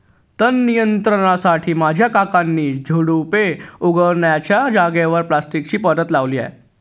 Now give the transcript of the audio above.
तण नियंत्रणासाठी माझ्या काकांनी झुडुपे उगण्याच्या जागेवर प्लास्टिकची परत लावली आहे